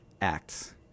Acts